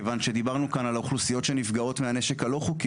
כיוון שדיברנו כאן על האוכלוסיות שנפגעות מהנשק הלא חוקי,